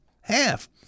Half